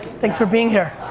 thanks for being here.